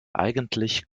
eigentlich